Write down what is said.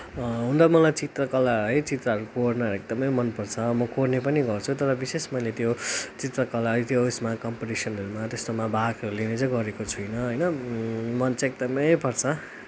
हुन त मलाई चित्रकला है चित्रहरू कोर्न एकदमै मन पर्छ म कोर्ने पनि गर्छु तर विशेष मैले त्यो चित्रकला है त्यो ऊ यसमा कम्पिटिसनहरूमा त्यस्तोमा भागहरू लिएर चाहिँ गरेको छुइनँ होइन मन चाहिँ एकदमै पर्छ